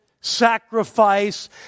sacrifice